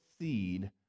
seed